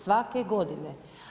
Svake godine.